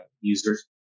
users